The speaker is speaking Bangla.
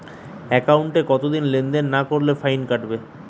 একাউন্টে কতদিন লেনদেন না করলে ফাইন কাটবে?